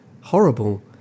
horrible